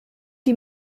die